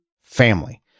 Family